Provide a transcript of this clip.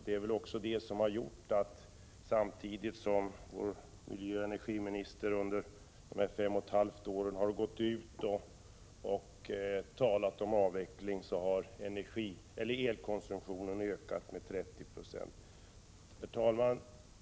Det är väl också detta som har gjort att det, samtidigt som miljöoch energiministern under dessa fem och ett halvt år har talat om avveckling, har skett en ökning av elkonsumtionen med 30 96.